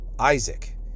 Isaac